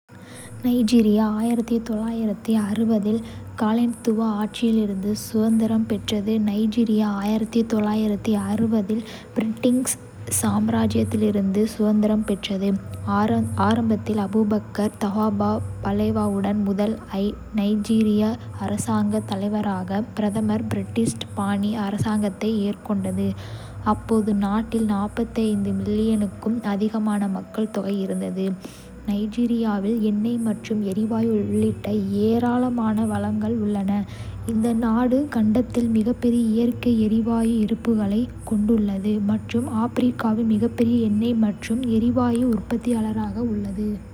நைஜீரியா இல் காலனித்துவ ஆட்சியிலிருந்து சுதந்திரம் பெற்றது. நைஜீரியா இல் பிரிட்டிஷ் சாம்ராஜ்யத்திலிருந்து சுதந்திரம் பெற்றது, ஆரம்பத்தில் அபுபக்கர் தஃபாவா பலேவாவுடன் முதல் நைஜீரிய அரசாங்கத் தலைவராக (பிரதமர்) பிரிட்டிஷ் பாணி அரசாங்கத்தை ஏற்றுக்கொண்டது. அப்போது நாட்டில் 45 மில்லியனுக்கும் அதிகமான மக்கள் தொகை இருந்தது.நைஜீரியாவில் எண்ணெய் மற்றும் எரிவாயு உள்ளிட்ட ஏராளமான வளங்கள் உள்ளன. இந்த நாடு கண்டத்தில் மிகப்பெரிய இயற்கை எரிவாயு இருப்புக்களைக் கொண்டுள்ளது மற்றும் ஆப்பிரிக்காவின் மிகப்பெரிய எண்ணெய் மற்றும் எரிவாயு உற்பத்தியாளராக உள்ளது.